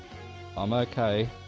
i'm ah okay.